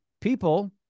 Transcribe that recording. people